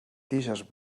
tiges